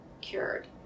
cured